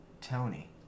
Tony